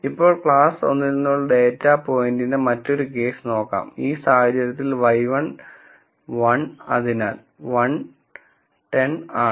ഇപ്പോൾ ക്ലാസ് 1 ൽ നിന്നുള്ള ഡാറ്റാ പോയിന്റിന്റെ മറ്റൊരു കേസ് നോക്കാം ഈ സാഹചര്യത്തിൽ yi 1 അതിനാൽ 1 1 0 ആണ്